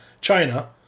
China